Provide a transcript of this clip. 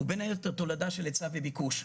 הוא בין היתר תולדה של היצע וביקוש.